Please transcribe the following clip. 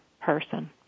person